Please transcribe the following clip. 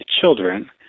children